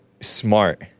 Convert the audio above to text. smart